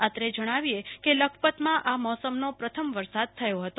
અત્રે જણાવીએ કે લખપતઅ આ મોસમનો પહેલો વરસાદ થયો હતો